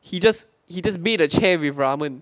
he just he just made a chair with ramen